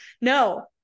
no